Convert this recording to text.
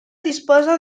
disposa